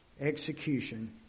execution